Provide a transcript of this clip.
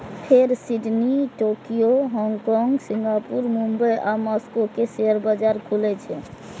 फेर Sydney, Tokyo, Hong Kong, Singapore, Mumbai आ Moscow के शेयर बाजार खुलै छै